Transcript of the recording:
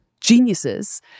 geniuses